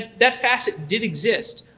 that facet did exist,